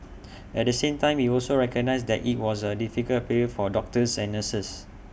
at the same time he also recognised that IT was A difficult period for doctors and nurses